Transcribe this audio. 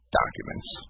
documents